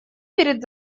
перед